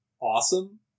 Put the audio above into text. awesome